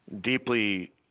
deeply